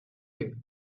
you